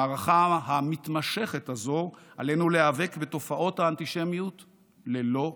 במערכה המתמשכת הזו עלינו להיאבק בתופעות האנטישמיות ללא פשרות,